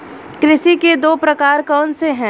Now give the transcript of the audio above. कृषि के दो प्रकार कौन से हैं?